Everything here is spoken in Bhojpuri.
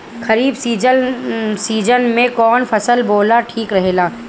खरीफ़ सीजन में कौन फसल बोअल ठिक रहेला ह?